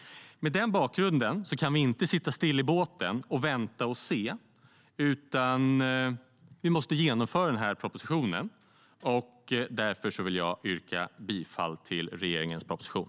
Mot den bakgrunden kan vi inte sitta still i båten och vänta och se, utan vi måste genomföra propositionens förslag. Därför vill jag yrka bifall till regeringens proposition.